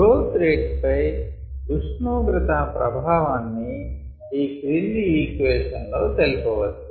growth rate పై ఉష్ణోగ్రత ప్రభావాన్ని ఈ క్రింది ఈక్వేషన్ లో తెలుపవచ్చు